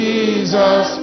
Jesus